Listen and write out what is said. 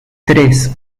tres